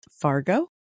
Fargo